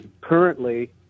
currently